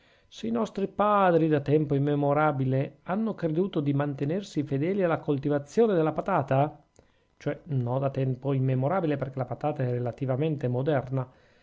i nostri padri da tempo immemorabile hanno creduto di mantenersi fedeli alla coltivazione della patata cioè no da tempo immemorabile perchè la patata è relativamente moderna